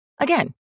Again